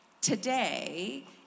Today